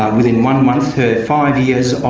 within one month her five years